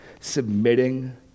submitting